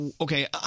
okay